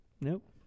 Nope